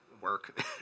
Work